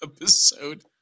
episode